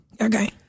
Okay